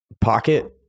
pocket